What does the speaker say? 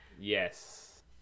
Yes